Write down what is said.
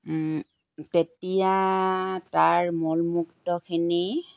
তেতিয়া তাৰ মল মূত্ৰখিনি